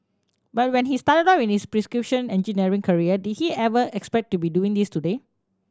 but when he started out in his precision engineering career did he ever expect to be doing this today